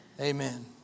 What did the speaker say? Amen